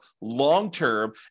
long-term